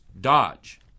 Dodge